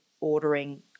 ordering